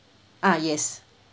uh yes